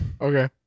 Okay